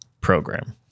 program